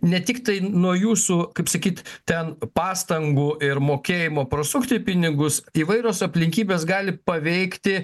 ne tiktai nuo jūsų kaip sakyt ten pastangų ir mokėjimo prasukti pinigus įvairios aplinkybės gali paveikti